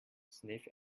sniff